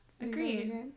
Agreed